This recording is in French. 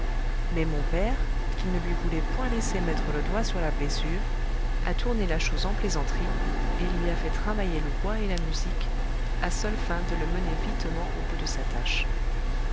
mais mon père qui ne lui voulait point laisser mettre le doigt sur la blessure a tourné la chose en plaisanterie et lui a fait travailler le bois et la musique à seules fins de le mener vitement au bout de sa tâche